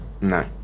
No